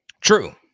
true